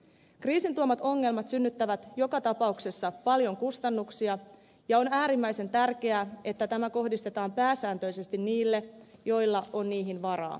kriisin tuomat ongelmat synnyttävät joka tapauksessa paljon kustannuksia ja on äärimmäisen tärkeää että ne kohdistetaan pääsääntöisesti sellaisille joilla on niihin varaa